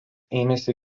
ėmėsi